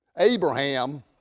Abraham